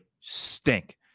Stink